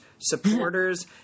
supporters